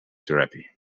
therapy